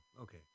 okay